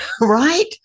right